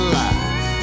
life